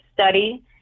study